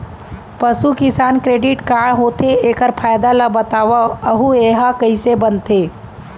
पसु किसान credit card का होथे, एखर फायदा ला बतावव अऊ एहा कइसे बनथे?